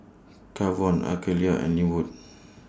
Kavon Akeelah and Lynwood